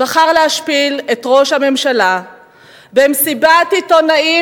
בחר להשפיל את ראש הממשלה במסיבת עיתונאים,